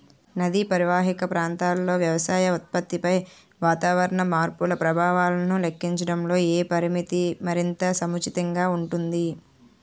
నదీ పరీవాహక ప్రాంతంలో వ్యవసాయ ఉత్పత్తిపై వాతావరణ మార్పుల ప్రభావాలను లెక్కించడంలో ఏ పరామితి మరింత సముచితంగా ఉంటుంది?